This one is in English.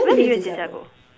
where did you and Zi Jia go